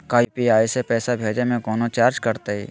का यू.पी.आई से पैसा भेजे में कौनो चार्ज कटतई?